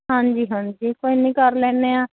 ਹਾਂਜੀ ਹਾਂਜੀ ਕੋਈ ਨਹੀਂ ਕਰ ਲੈਂਦੇ ਹਾਂ